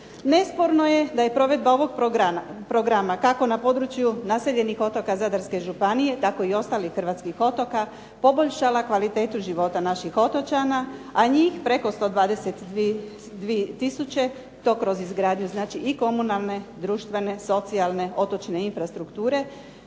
Nesporno je da je provedba ovog programa kako na području naseljenih otoka Zadarske županije, tako i ostalih hrvatskih otoka poboljšala kvalitetu života naših otočana, a njih preko 122 tisuće to kroz izgradnju znači i komunalne i društvene, socijalne otočne infrastrukture